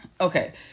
Okay